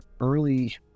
early